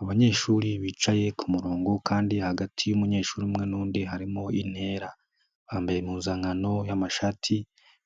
Abanyeshuri bicaye ku murongo kandi hagati y'umunyeshuri umwe n'undi harimo intera, bambaye impuzankano y'amashati